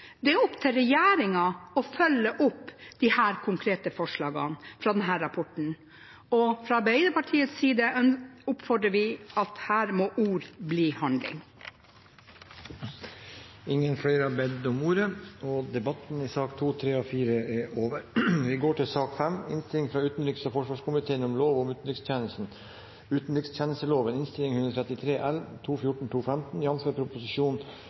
Det er opp til regjeringen å følge opp disse konkrete forslagene fra denne rapporten. Fra Arbeiderpartiets side oppfordrer vi til at ord må bli til handling. Flere har ikke bedt om ordet til sakene nr. 2, 3 og 4. I denne saken behandler vi en ny lov om utenrikstjenesten.